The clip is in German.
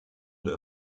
der